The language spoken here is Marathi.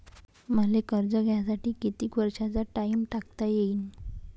मले कर्ज घ्यासाठी कितीक वर्षाचा टाइम टाकता येईन?